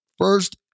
First